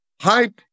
hype